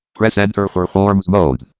press enter for forms mode.